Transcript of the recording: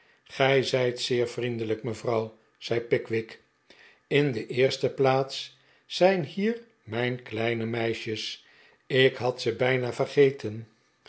gij zijt zeer vriendelijk mevrouw zei pickwick in de eerste plaats zijn hier mijn kleine meisjes ik had ze bijna vergeten